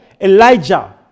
Elijah